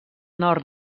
nord